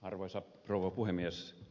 arvoisa rouva puhemies